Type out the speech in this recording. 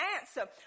answer